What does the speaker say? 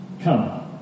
come